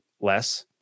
less